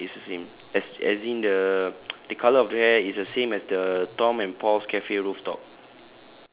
alright right it's the same as as in the the colour of the hair is the same as the tom and paul's cafe rooftop